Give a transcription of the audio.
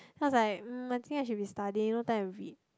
then I was mm I think I should be studying no time to read